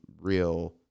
real